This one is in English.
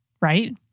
Right